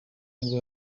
nibwo